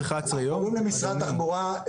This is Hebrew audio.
אנחנו קוראים למשרד התחבורה -- תוך 11 יום?